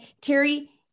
Terry